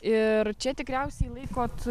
ir čia tikriausiai laikot